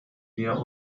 wir